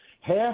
half